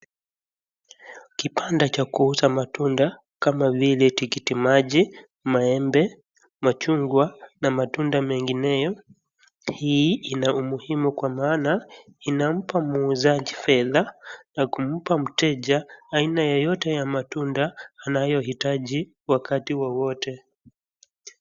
Kipanda cha kuuza matunda kama vile tikiti maji, maembe, machugwa na matunda mengineyo. Hii ina umuhimu kwa maana inampa muuzaji fedha na kumpa ,mteja aina yeyote ya matunda anayohitaji wakati wowote.